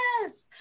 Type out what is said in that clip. Yes